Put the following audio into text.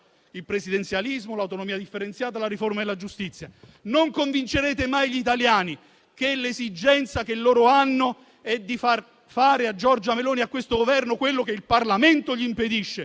il presidenzialismo, l'autonomia differenziata e la riforma della giustizia. Non convincerete mai gli italiani che l'esigenza che loro hanno sia di far fare a Giorgia Meloni e a questo Governo quello che il Parlamento gli impedisce,